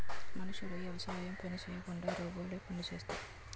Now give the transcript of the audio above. మనుషులు యవసాయం పని చేయకుండా రోబోలే పనులు చేసేస్తాయి